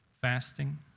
Fasting